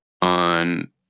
on